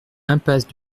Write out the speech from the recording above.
impasse